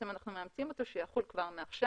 אנחנו מאמצים אותו כך שיחול כבר מעכשיו